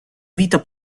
vita